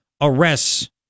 arrests